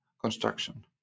construction